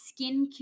skincare